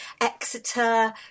Exeter